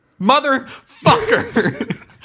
Motherfucker